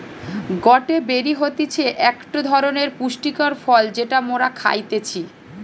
গটে বেরি হতিছে একটো ধরণের পুষ্টিকর ফল যেটা মোরা খাইতেছি